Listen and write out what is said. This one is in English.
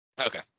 okay